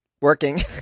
working